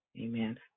Amen